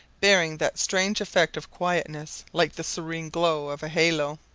bearing that strange effect of quietness like the serene glow of a halo.